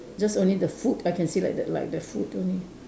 just only the foot I can see like the like the foot only